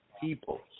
people